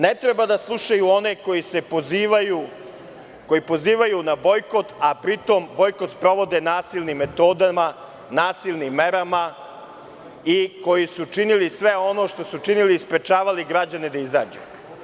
Ne treba da slušaju one koji pozivaju na bojkot, a pri tom bojkot sprovode nasilnim metodama, nasilnim merama i koji su činili sve ono što su činili, sprečavali građane da izađu.